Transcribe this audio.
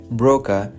broker